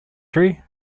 tree